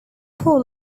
poor